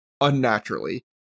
unnaturally